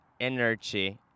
energy